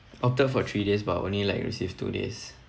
opted for three days but only like received two days